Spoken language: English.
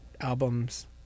albums